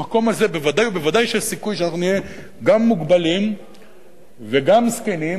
במקום הזה ודאי וודאי שהסיכוי שאנחנו נהיה גם מוגבלים וגם זקנים